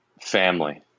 family